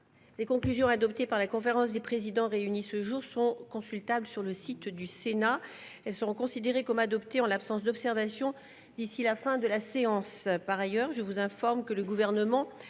Les conclusions adoptées par la conférence des présidents réunie ce jour sont consultables sur le site du Sénat. Elles seront considérées comme adoptées en l'absence d'observations d'ici à la fin de la séance. Par ailleurs, je vous informe que le Gouvernement